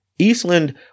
Eastland